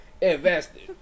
invested